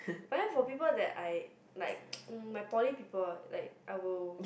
but then for people that I like my poly people like I will